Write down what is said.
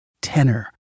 tenor